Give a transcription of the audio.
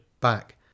Back